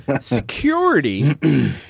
security